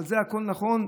אבל הכול נכון,